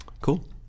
cool